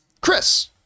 chris